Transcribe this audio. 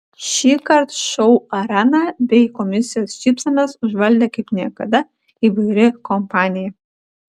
šįkart šou areną bei komisijos šypsenas užvaldė kaip niekada įvairi kompanija